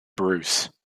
bruce